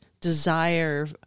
desire